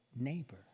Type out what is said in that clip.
neighbor